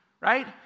right